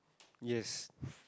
yes